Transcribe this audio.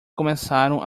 começaram